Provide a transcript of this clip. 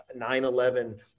9-11